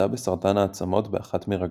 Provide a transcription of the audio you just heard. חלתה בסרטן העצמות באחת מרגליה.